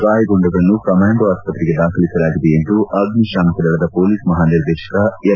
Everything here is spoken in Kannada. ಗಾಯಗೊಂಡವರನ್ನು ಕಮಾಂಡೋ ಆಸ್ಪತ್ರೆಗೆ ದಾಖಲಿಸಲಾಗಿದೆ ಎಂದು ಅಗ್ನಿಶಾಮಕ ದಳದ ಪೊಲೀಸ್ ಮಹಾನಿರ್ದೇಶಕ ಎಂ